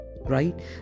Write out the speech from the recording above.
right